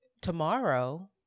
tomorrow